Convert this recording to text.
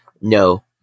no